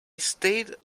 stayed